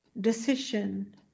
decision